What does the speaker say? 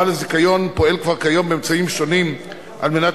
בעל הזיכיון פועל כבר כיום באמצעים שונים על מנת